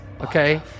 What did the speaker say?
okay